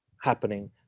happening